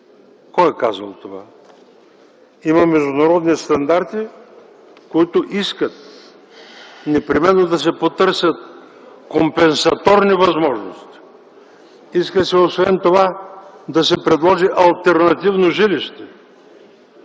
Кой е казал това? Има международни стандарти, които искат непременно да се потърсят компенсаторни възможности. Иска се освен това да се предложи алтернативно жилище.